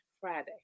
Friday